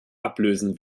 ablösen